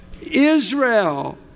Israel